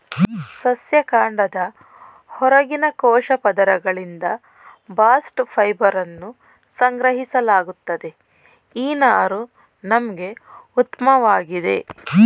ಸಸ್ಯ ಕಾಂಡದ ಹೊರಗಿನ ಕೋಶ ಪದರಗಳಿಂದ ಬಾಸ್ಟ್ ಫೈಬರನ್ನು ಸಂಗ್ರಹಿಸಲಾಗುತ್ತದೆ ಈ ನಾರು ನಮ್ಗೆ ಉತ್ಮವಾಗಿದೆ